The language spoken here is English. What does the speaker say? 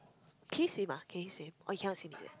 can you swim ah can you swim or you can not swim is it